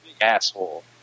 asshole